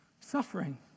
Suffering